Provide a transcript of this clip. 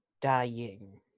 dying